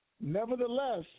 Nevertheless